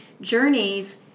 journeys